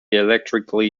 electrically